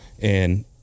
and-